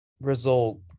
result